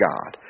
God